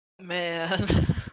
Man